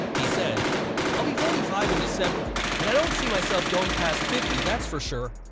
he said i'll be forty five in december. and i don't see myself going past fifty, that's for sure.